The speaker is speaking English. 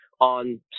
on